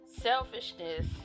Selfishness